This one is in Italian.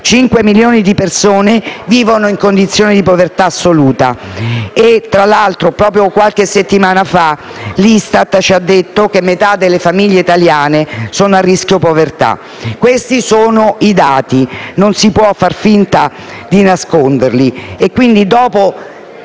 5 milioni di persone vivono in condizioni di povertà assoluta. Tra l'altro, proprio qualche settimana fa, l'ISTAT ci ha detto che metà delle famiglie italiane è a rischio povertà. Questi sono i dati e non si può far finta di nasconderli. Quindi, dopo